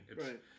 Right